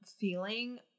feeling